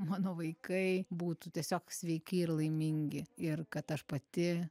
mano vaikai būtų tiesiog sveiki ir laimingi ir kad aš pati